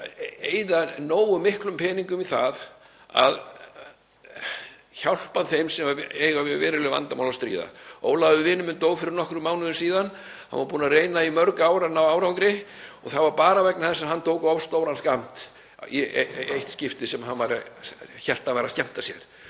að eyða nógu miklum peningum í það að hjálpa þeim sem eiga við veruleg vandamál að stríða. Ólafur, vinur minn, dó fyrir nokkrum mánuðum síðan. Hann var búinn að reyna í mörg ár að ná árangri og það var bara vegna þess að hann tók of stóran skammt í eitt skipti þegar hann hélt að hann væri að skemmta sér.